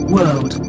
World